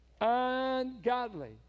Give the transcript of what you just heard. ungodly